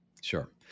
Sure